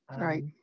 Right